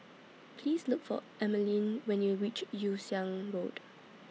Please Look For Emeline when YOU REACH Yew Siang Road